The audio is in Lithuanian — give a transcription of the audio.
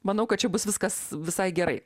manau kad čia bus viskas visai gerai